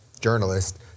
journalist